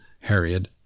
Harriet